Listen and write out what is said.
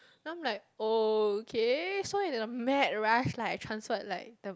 then I'm like okay so in the mad rush like I transferred like the